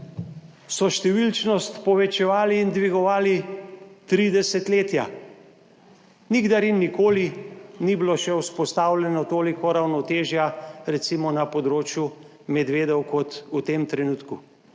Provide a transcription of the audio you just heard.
so številčnost povečevali in dvigovali tri desetletja, nikdar in nikoli ni bilo še vzpostavljeno toliko ravnotežja, recimo na področju medvedov, kot v tem trenutku,